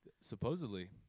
Supposedly